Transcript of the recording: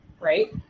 Right